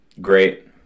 great